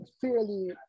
fairly